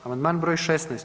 Amandman broj 16.